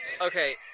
Okay